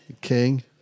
King